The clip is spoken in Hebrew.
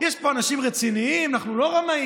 יש פה אנשים רציניים, אנחנו לא רמאים.